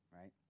right